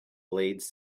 blades